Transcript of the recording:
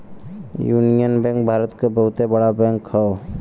union bank Bharat क बहुते बड़ा बैंक हौ